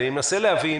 אני מנסה להבין